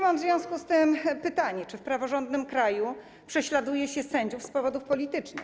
Mam w związku z tym pytanie: Czy w praworządnym kraju prześladuje się sędziów z powodów politycznych?